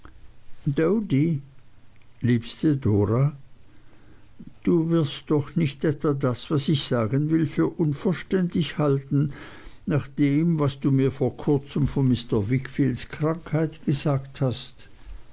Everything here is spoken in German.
liebste dora du wirst doch nicht etwa das was ich sagen will für unverständig halten nach dem was du mir vor kurzem von mr wickfields krankheit gesagt hast